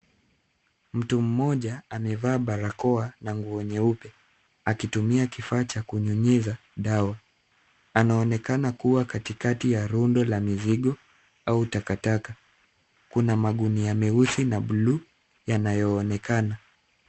Mtu mmoja amevaa barakoa na nguo nyeupe akitumia kifaa cha kunyunyiza dawa. Anaonekana kuwa kati kati ya rundo la mizig au taka taka. Kuna magunia meusi na buluu yanayoonekana.